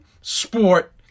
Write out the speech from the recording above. sport